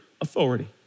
authority